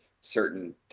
certain